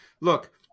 look